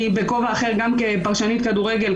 אני בכובע אחר גם כפרשנית כדורגל,